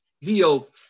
deals